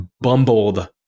bumbled